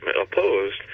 opposed